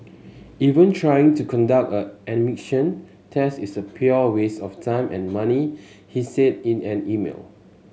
even trying to conduct a an emission test is a pure waste of time and money he said in an email